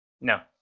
No